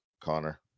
Connor